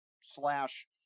slash